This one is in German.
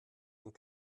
und